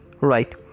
right